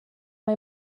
mae